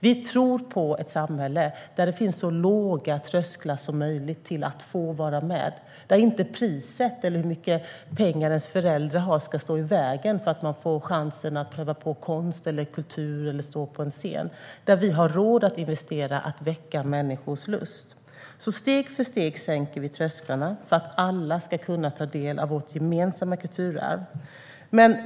Vi tror på ett samhälle där trösklarna för att få vara med är så låga som möjligt, där priset eller hur mycket pengar ens föräldrar har inte står i vägen för chansen att prova på konst eller kultur eller stå på en scen och där vi har råd att investera i att väcka människors lust. Steg för steg sänker vi alltså trösklarna för att alla ska kunna ta del av vårt gemensamma kulturarv.